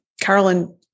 Carolyn